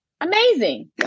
Amazing